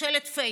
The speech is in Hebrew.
ממשלת פייק.